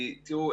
תראו,